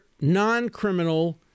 non-criminal